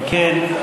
אם כן,